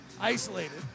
Isolated